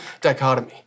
dichotomy